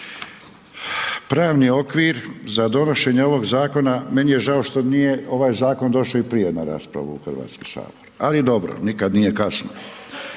Pravni okvir za donošenje ovog zakona, meni je žao, što nije ovaj zakon došao i prije na raspravu u Hrvatski sabor, ali dobro, nikad nije kasno.